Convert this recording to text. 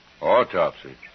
Autopsy